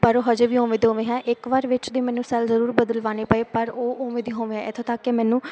ਪਰ ਉਹ ਅਜੇ ਵੀ ਉਵੇਂ ਦੀ ਉਵੇਂ ਹੈ ਇੱਕ ਵਾਰ ਵਿੱਚ ਦੀ ਮੈਨੂੰ ਸੈਲ ਜ਼ਰੂਰ ਬਦਲਵਾਣੇ ਪਏ ਪਰ ਉਹ ਉਵੇਂ ਦੀ ਉਵੇਂ ਹੈ ਇੱਥੋਂ ਤੱਕ ਕਿ ਮੈਨੂੰ